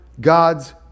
God's